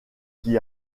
qui